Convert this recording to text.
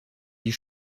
die